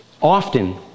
Often